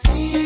See